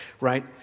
right